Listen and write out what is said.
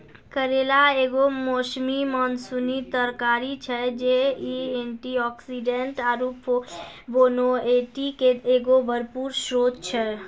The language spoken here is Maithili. करेला एगो मौसमी मानसूनी तरकारी छै, इ एंटीआक्सीडेंट आरु फ्लेवोनोइडो के एगो भरपूर स्त्रोत छै